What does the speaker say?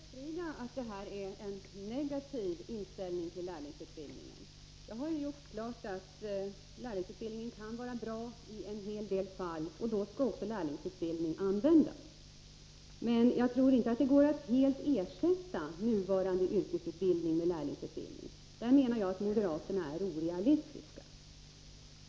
Herr talman! Jag vill bestrida att detta är en negativ inställning till lärlingsutbildningen. Jag har klargjort att lärlingsutbildningen kan vara bra i en hel del fall, och då skall också lärlingsutbildning användas, men jag tror inte att det går att helt ersätta nuvarande yrkesutbildning med lärlingsutbildning. På den punkten menar jag att moderaterna är orealistiska.